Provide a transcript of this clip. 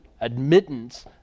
admittance